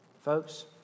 Folks